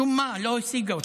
משום מה לא השיגה אותם.